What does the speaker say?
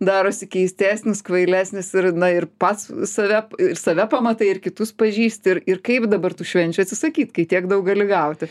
darosi keistesnis kvailesnis ir na ir pats save ir save pamatai ir kitus pažįsti ir ir kaip dabar tų švenčių atsisakyt kai tiek daug gali gauti